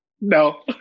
No